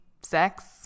sex